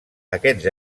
aquests